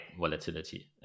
volatility